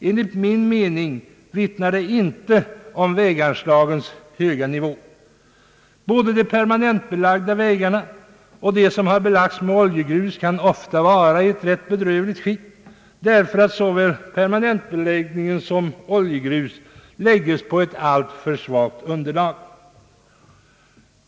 Enligt min mening vittnar det inte om väganslagens höga nivå. Både de permanentbelagda vägarna och de som belagts med oljegrus kan ofta vara i rätt bedrövligt skick, därför att såväl permanentbeläggning som oljegrus läggs på ett alltför svagt underlag.